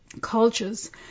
cultures